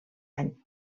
any